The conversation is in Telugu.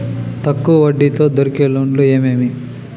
తక్కువ వడ్డీ తో దొరికే లోన్లు ఏమేమీ?